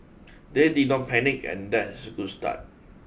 they did not panic and that's a good start